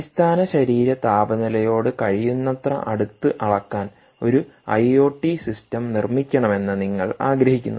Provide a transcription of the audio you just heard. അടിസ്ഥാന ശരീര താപനിലയോട് കഴിയുന്നത്ര അടുത്ത് അളക്കാൻ ഒരു ഐഒടി സിസ്റ്റം നിർമ്മിക്കണമെന്ന് നിങ്ങൾ ആഗ്രഹിക്കുന്നു